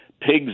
pigs